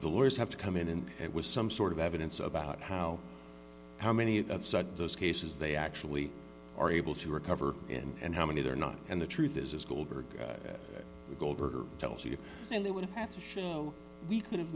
the lawyers have to come in and it was some sort of evidence about how how many of those cases they actually are able to recover in and how many they're not and the truth is goldberg goldberg tells you and they would have to show he could have